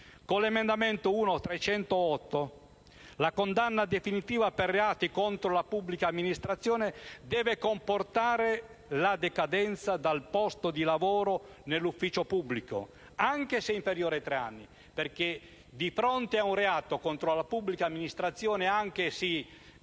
Con l'emendamento 1.308 la condanna definitiva per reati contro la pubblica amministrazione deve comportare la decadenza dal posto di lavoro nell'ufficio pubblico, anche se inferiore a tre anni, perché, di fronte ad un reato contro la pubblica amministrazione, anche se